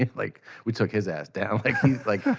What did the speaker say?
like we took his ass down. like,